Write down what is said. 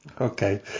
Okay